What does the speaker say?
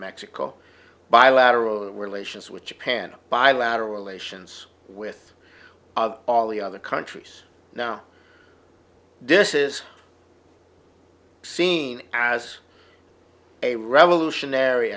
mexico bilateral relations with japan by lateral relations with all the other countries now this is seen as a revolutionary